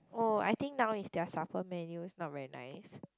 oh I think now is their supper menu's not very nice